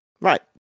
Right